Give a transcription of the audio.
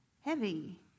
heavy